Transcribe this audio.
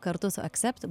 kartu su accept